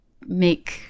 make